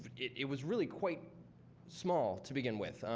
it was really quite small to begin with.